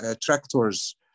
tractors